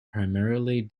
primarily